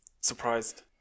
Surprised